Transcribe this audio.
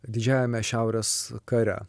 didžiajame šiaurės kare